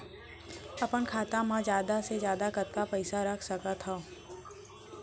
अपन खाता मा जादा से जादा कतका पइसा रख सकत हव?